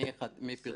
מהפרסום.